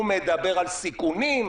הוא מדבר על סיכונים.